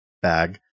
bag